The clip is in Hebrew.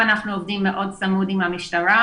אנחנו גם עובדים מאוד צמוד עם המשטרה,